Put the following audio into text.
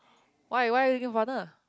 why why looking partner